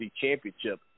Championship